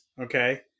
okay